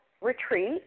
retreat